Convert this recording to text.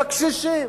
בקשישים.